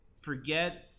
forget